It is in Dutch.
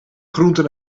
groenten